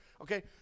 Okay